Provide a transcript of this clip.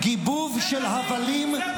בושה וחרפה.